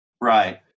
Right